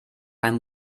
kein